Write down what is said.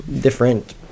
different